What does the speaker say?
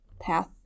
path